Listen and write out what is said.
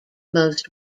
most